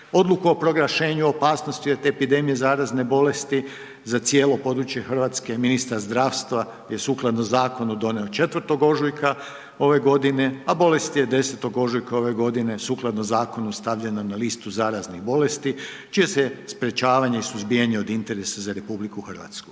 Odluku o proglašenju opasnosti od epidemije zarazne bolesti za cijelo područje Hrvatske, ministar zdravstva je sukladno zakonu donio 4. ožujka ove godine, a bolest je 10. ožujka ove godine sukladno zakonu, stavljena na listu zaraznih bolesti, čije se sprečavanje i suzbijanje od interesa za RH. Isto tako,